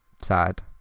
sad